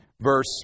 verse